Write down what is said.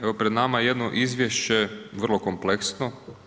Evo pred nama je jedno izvješće vrlo kompleksno.